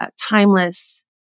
timeless